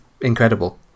incredible